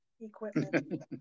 equipment